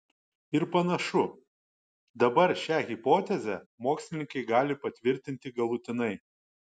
ir panašu dabar šią hipotezę mokslininkai gali patvirtinti galutinai